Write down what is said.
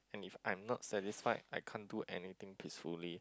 and if I'm not satisfied I can't do anything peacefully